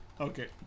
Okay